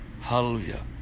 Hallelujah